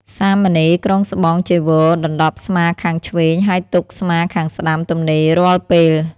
សាមណេរគ្រងស្បង់ចីវរដណ្តប់ស្មាខាងឆ្វេង ហើយទុកស្មាខាងស្តាំទំនេររាល់ពេល។